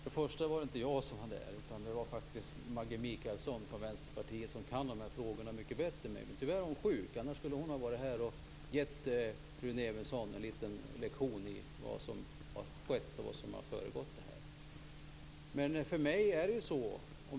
Fru talman! Först och främst var det inte jag som var där, utan det var faktiskt Maggi Mikaelsson från Vänsterpartiet, som kan de här frågorna mycket bättre. Tyvärr är hon sjuk. Annars skulle hon ha varit här och gett Rune Evensson en liten lektion om vad som har skett och vad som har föregått mötet.